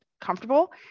comfortable